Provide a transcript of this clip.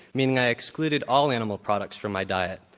meaning i excluded all animal products from my diet.